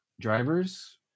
drivers